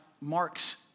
marks